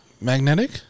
magnetic